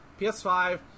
ps5